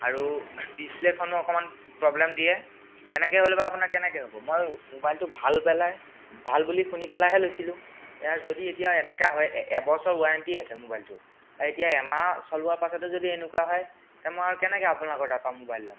আৰু ডিচপ্লেখনো অকণমান প্ৰব্লেম দিয়ে এনেকৈ হ'লে বা আপোনাৰ কেনেকৈ হ'ব মই মোবাইলটো ভাল পেলাই ভাল বুলি শুনি পেলাইহে লৈছিলোঁ ইয়াৰ যদি এতিয়া এনেকুৱা হয় এবছৰ ৱাৰেণ্টি আছে মোবাইলটো আৰু এতিয়া এমাহ চলোৱাৰ পাছতে যদি এনেকুৱা হয় তেতিয়া মই আৰু কেনেকৈ আপোনালোকৰ তাৰ পৰা মোবাইল ল'ম